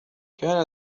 كان